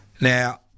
Now